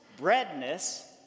breadness